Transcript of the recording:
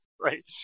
right